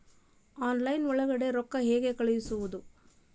Online ಒಳಗಡೆ ರೊಕ್ಕ ಹೆಂಗ್ ಕಳುಹಿಸುವುದು?